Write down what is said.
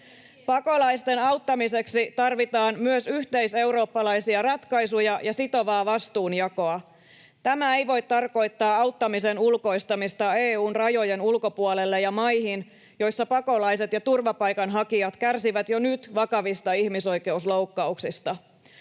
Pakolaisten auttamiseksi tarvitaan myös yhteiseurooppalaisia ratkaisuja ja sitovaa vastuunjakoa. Tämä ei voi tarkoittaa auttamisen ulkoistamista EU:n rajojen ulkopuolelle ja maihin, joissa pakolaiset ja turvapaikanhakijat kärsivät jo nyt vakavista ihmisoikeusloukkauksista.